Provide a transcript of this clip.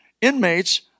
inmates